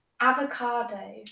Avocado